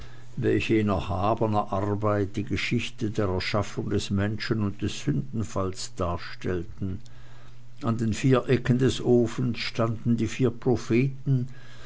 welche in erhabener arbeit die geschichte der erschaffung des menschen und des sündenfalls darstellten an den vier ecken des ofens standen die vier großen propheten